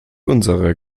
unserer